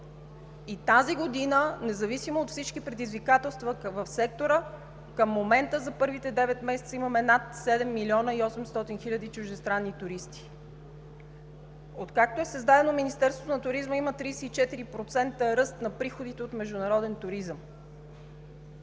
И тази година, независимо от всички предизвикателства в сектора, към момента за първите девет месеца имаме над 7 млн. 800 хил. чуждестранни туристи. Откакто е създадено Министерството на туризма, има 34% ръст на приходите от международен туризъм.